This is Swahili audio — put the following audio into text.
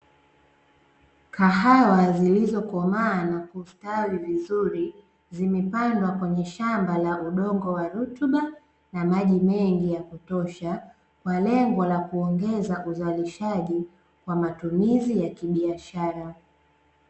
Kahawa zilizokomaa na kustawi vizuri, zimepandwa kwenye shamba la udongo wa rutuba na maji mengi ya kutosha, kwa lengo la kuongeza uzalishaji kwa matumizi ya kibiashara.